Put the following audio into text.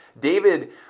David